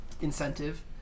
incentive